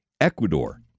Ecuador